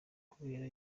kubera